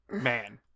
Man